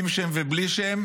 עם שם ובלי שם,